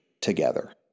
together